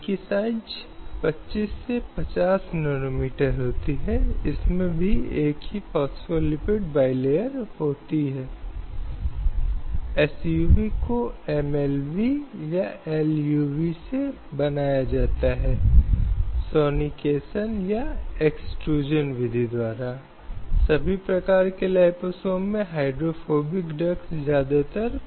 slide समय देखें 0351 इसी तरह हर किसी को पेशे की पसंद व्यवसाय का अधिकार है जिसे कोई आगे बढ़ाना चाहता है और कोई भी अनुचित प्रतिबंध नहीं हो सकता है जो कि किसी के पास भी हो सकता है यदि वह इसे करने का इरादा रखता है